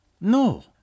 No